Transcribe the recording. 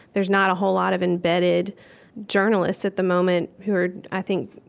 there's not a whole lot of embedded journalists at the moment who are, i think,